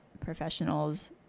professionals